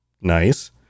nice